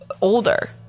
older